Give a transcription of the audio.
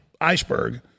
iceberg